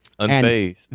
Unfazed